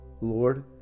Lord